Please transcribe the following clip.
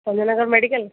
Bhanjanagar medical